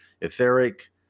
etheric